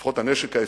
לפחות הנשק האפקטיבי,